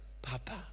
Papa